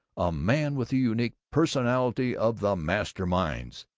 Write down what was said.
a man with the unique personality of the master minds,